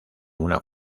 una